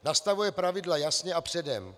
Nastavuje pravidla jasně a předem.